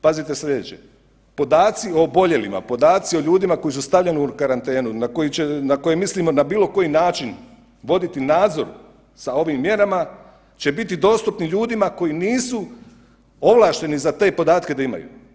Pazite sljedeće, podaci o oboljelima, podaci o ljudima koji su stavljeni u karantenu na koje mislimo na bilo koji način voditi nadzor sa ovim mjerama će biti dostupni ljudima koji nisu ovlašteni za te podatke da imaju.